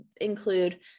include